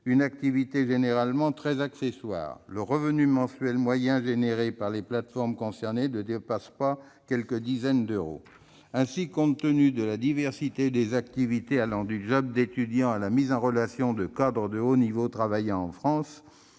une activité généralement très accessoire, le revenu mensuel moyen généré sur les plateformes concernées ne dépassant pas quelques dizaines d'euros. Ainsi, compte tenu de la diversité des activités, allant du job étudiant à la mise en relation de cadres de haut niveau travaillant en France,